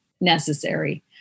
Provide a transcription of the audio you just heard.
necessary